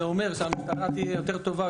זה אומר שהמשטרה תהיה יותר טובה,